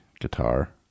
guitar